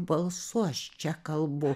balsu aš čia kalbu